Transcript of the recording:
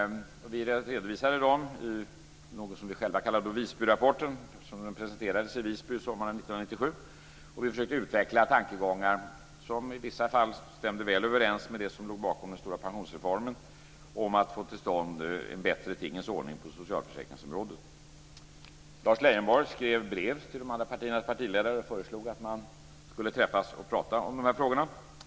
Vi redovisade dessa tankar i något som vi själva kallar för Visbyrapporten, eftersom den presenterades i Visby sommaren 1997. Vi försökte utveckla tankegångar, som i vissa fall stämde väl överens med de som låg bakom den stora pensionsreformen, om att få till stånd en bättre tingen ordning på socialförsäkringsområdet. Lars Leijonborg skrev brev till de andra partiernas ledare och föreslog att man skulle träffas och prata om de här frågorna.